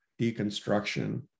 deconstruction